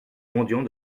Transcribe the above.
mendiant